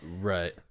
Right